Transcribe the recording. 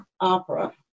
opera